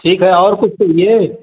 ठीक है और कुछ चाहिए